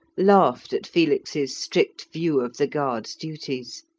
laughed at felix's strict view of the guards' duties.